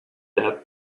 that